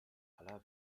aller